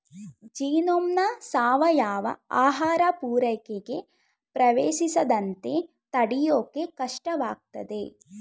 ಜೀನೋಮ್ನ ಸಾವಯವ ಆಹಾರ ಪೂರೈಕೆಗೆ ಪ್ರವೇಶಿಸದಂತೆ ತಡ್ಯೋಕೆ ಕಷ್ಟವಾಗ್ತದೆ